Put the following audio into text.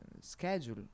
schedule